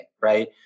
right